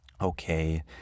Okay